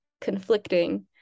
conflicting